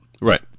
right